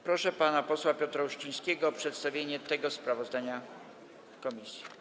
Proszę pana posła Piotra Uścińskiego o przedstawienie tego sprawozdania komisji.